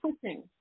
pushing